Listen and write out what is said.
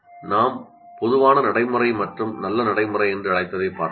நாங்கள் பொதுவான நடைமுறை மற்றும் நல்ல நடைமுறை என்று அழைத்ததைப் பார்த்தோம்